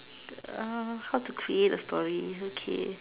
err how to create a story okay